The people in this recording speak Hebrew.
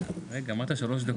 אמרת שלוש דקות.